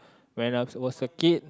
when I was a kid